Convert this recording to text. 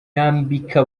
yambika